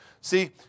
See